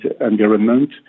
environment